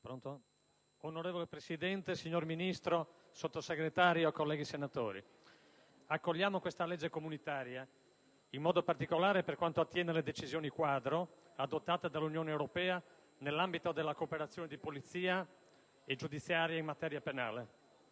Onorevole Presidente, signor Ministro, signor Sottosegretario, colleghi senatori, accogliamo questa legge comunitaria, in modo particolare per quanto attiene alle decisioni quadro adottate dall'Unione europea nell'ambito della cooperazione di polizia e giudiziaria in materia penale.